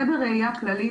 זה בראייה כללית,